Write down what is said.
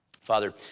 Father